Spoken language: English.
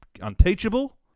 unteachable